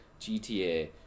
GTA